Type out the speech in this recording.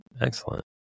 Excellent